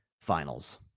finals